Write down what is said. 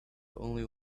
only